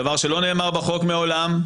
דבר שלא נאמר בחוק מעולם,